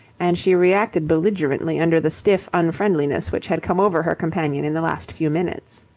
and she reacted belligerently under the stiff unfriendliness which had come over her companion in the last few minutes.